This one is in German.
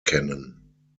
kennen